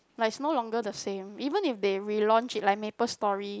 like is no longer the same even if they relaunch it like MapleStory